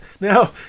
now